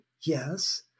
yes